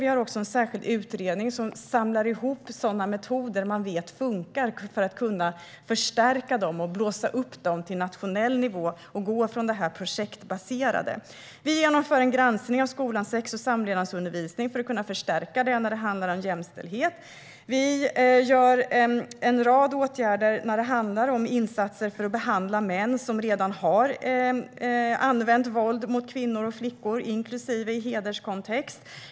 Vi har en särskild utredning som samlar ihop metoder som man vet fungerar för att kunna förstärka dem och blåsa upp dem till nationell nivå och gå ifrån det projektbaserade. Vi genomför en granskning av skolans sex och samlevnadsundervisning för att förstärka den när det handlar om jämställdhet. Vi vidtar en rad åtgärder när det handlar om insatser för att behandla män som redan har använt våld mot kvinnor och flickor, inklusive i hederskontext.